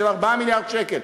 של 4 מיליארד שקל,